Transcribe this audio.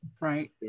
Right